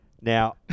Now